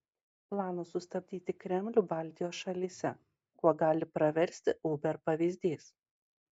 planas sustabdyti kremlių baltijos šalyse kuo gali praversti uber pavyzdys